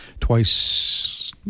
twice